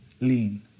lean